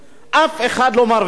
אף אחד לא מרוויח.